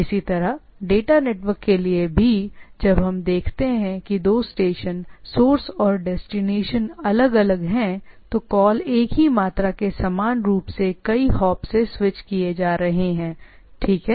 इसी तरह data network के लिए भी जब हम देखते हैं कि दो स्टेशन सोर्स और डेस्टिनेशन अलग अलग हैं तो समान संख्या में कई हॉप हैं जो स्विच किए जा रहे हैं ठीक है